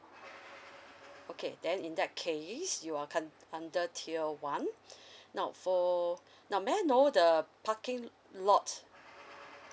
okay then in that case you are cur~ under tier one now for now may I know the parking lot